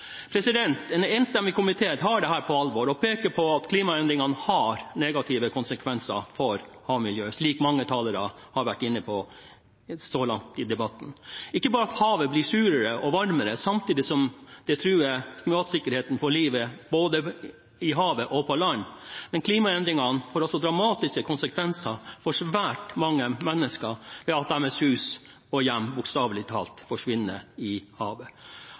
enstemmig komité tar dette på alvor og peker på at klimaendringene har negative konsekvenser for havmiljøet, slik mange talere har vært inne på så langt i debatten. Det er ikke bare at havet blir surere og varmere samtidig som det truer matsikkerheten for livet både i havet og på land, klimaendringene får også dramatiske konsekvenser for svært mange mennesker ved at deres hus og hjem bokstavelig talt forsvinner i havet.